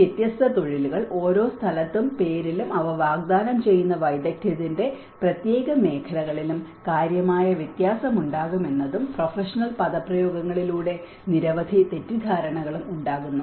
ഈ വ്യത്യസ്ത തൊഴിലുകൾ ഓരോ സ്ഥലത്തും പേരിലും അവ വാഗ്ദാനം ചെയ്യുന്ന വൈദഗ്ധ്യത്തിന്റെ പ്രത്യേക മേഖലകളിലും കാര്യമായ വ്യത്യാസമുണ്ടാകുമെന്നതും പ്രൊഫഷണൽ പദപ്രയോഗങ്ങളിലൂടെ നിരവധി തെറ്റിദ്ധാരണകളും ഉണ്ടാകുന്നു